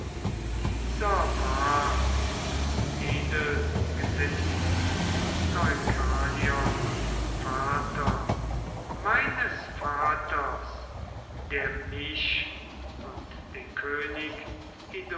dieser war des edelgesinnten deukalion vater meines vaters der mich und den könig